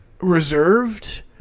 reserved